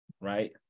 right